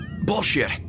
Bullshit